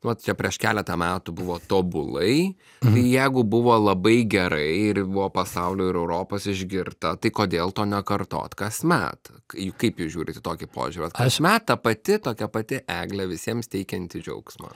va čia prieš keletą metų buvo tobulai tai jegu buvo labai gerai ir buvo pasaulio ir europos išgirta tai kodėl to nekartot kasmet kai kaip jūs žiūrit į tokį požiūrį kasmet ta pati tokia pati eglė visiems teikianti džiaugsmo